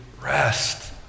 rest